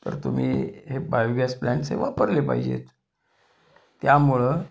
तर तुम्ही हे बायोगॅस प्लॅन्स हे वापरले पाहिजेत त्यामुळं